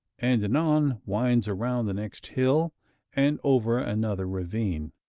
and anon winds around the next hill and over another ravine.